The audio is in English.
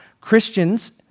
Christians